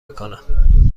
میکند